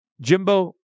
Jimbo